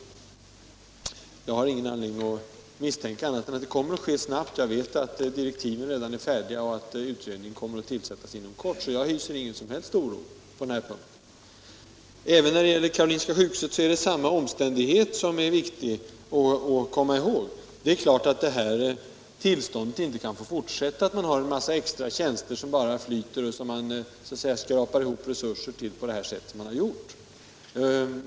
Men jag har ingen anledning misstänka att det inte kommer att ske någonting snart. Jag vet att direktiven redan är skrivna och att utredningen kommer att tillsättas inom kort. Därför hyser jag ingen som helst oro på den punkten. Även beträffande Karolinska sjukhuset är det viktigt att komma ihåg samma omständighet. Givet är att det nuvarande tillståndet inte kan få fortsätta, alltså att man har ett stort antal extra tjänster som bara flyter och som man skrapar ihop resurser till på det sätt som nu sker.